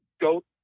goat